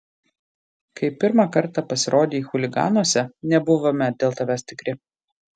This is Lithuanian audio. kai pirmą kartą pasirodei chuliganuose nebuvome dėl tavęs tikri